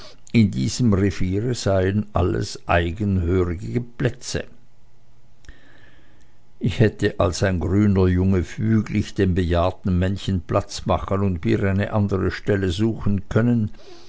in diesem reviere seien alles eigengehörige plätze ich hätte als ein grüner junge füglich dem bejahrten männchen platz machen und mir eine andere stelle suchen können